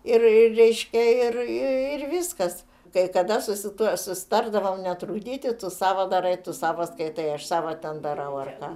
ir reiškia ir ir viskas kai kada susita susitardavome netrukdyti tu savo darai tu savo skaitai aš savo ten darau ar ką